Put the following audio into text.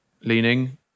leaning